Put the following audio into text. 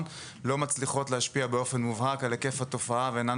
לא מצליחות להשפיע באופן מובהק על היקף התופעה ואינן